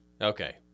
Okay